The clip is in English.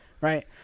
right